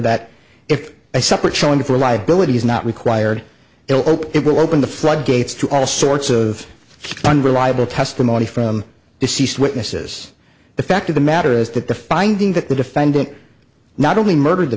that if a separate showing for liability is not required to open it will open the floodgates to all sorts of unreliable testimony from deceased witnesses the fact of the matter is that the finding that the defendant not only murdered the